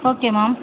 okay ma'am